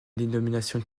dénomination